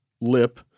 lip